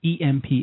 EMP